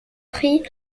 prix